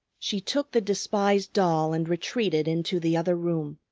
she took the despised doll and retreated into the other room,